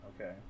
Okay